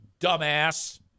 Dumbass